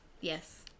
Yes